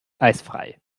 eisfrei